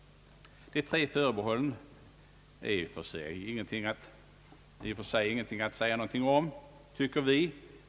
De tre förbehållen finns det kanske i och för sig ingenting att säga om, tycker vi.